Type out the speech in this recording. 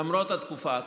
למרות התקופה הקשה.